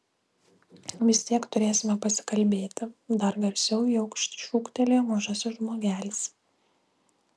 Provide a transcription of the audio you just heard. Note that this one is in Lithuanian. vis tiek turėsime pasikalbėti dar garsiau į aukštį šūktelėjo mažasis žmogelis